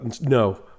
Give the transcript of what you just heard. no